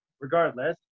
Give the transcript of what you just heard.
regardless